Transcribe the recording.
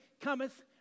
cometh